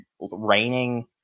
raining